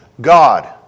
God